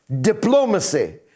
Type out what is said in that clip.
diplomacy